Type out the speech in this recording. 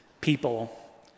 people